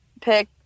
pick